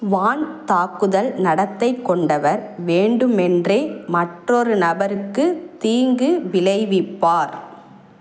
வான் தாக்குதல் நடத்தை கொண்டவர் வேண்டுமென்றே மற்றொரு நபருக்கு தீங்கு விளைவிப்பார்